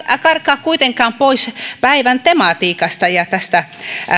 karkaa kuitenkaan pois päivän tematiikasta ja tästä